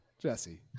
Jesse